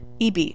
EB